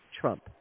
Trump